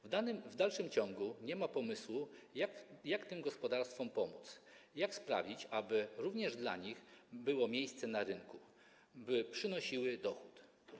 W dalszym ciągu nie ma pomysłu, jak tym gospodarstwom pomóc, jak sprawić, aby również dla nich było miejsce na rynku, by przynosiły dochód.